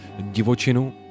divočinu